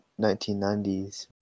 1990s